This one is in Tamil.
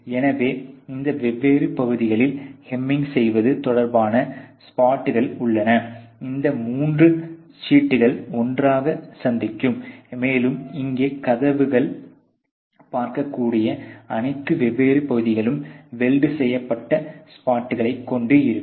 எனவே இந்த வெவ்வேறு பகுதிகளில் ஹேமிங் செய்வது தொடர்பான ஸ்பாட்கள் உள்ளன இந்த மூன்று சீட்கள் ஒன்றாகச் சந்திக்கும் மேலும் இங்கே கதவில் பார்க்கக்கூடிய அனைத்து வெவ்வேறு பகுதிகளிலும் வெல்டு செய்யபட்ட ஸ்பாட்களை கொண்டு இருக்கும்